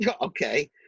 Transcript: Okay